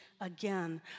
again